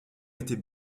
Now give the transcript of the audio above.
était